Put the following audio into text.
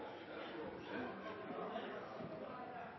stå øverst på